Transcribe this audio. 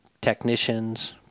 technicians